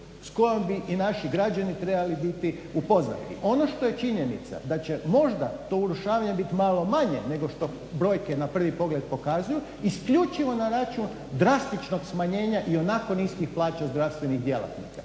s kojom bi i naši građani trebali biti upoznati. Ono što je činjenica da će možda do urušavanja biti malo manje nego što brojke na prvi pogled pokazuju isključivo na račun drastičnog smanjenja ionako niskih plaća u zdravstvenih djelatnika.